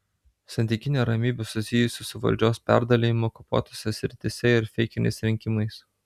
santykinė ramybė susijusi su valdžios perdalijimu okupuotose srityse ir feikiniais rinkimais